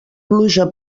pluja